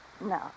No